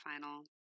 final